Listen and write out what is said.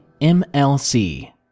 MLC